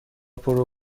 پرو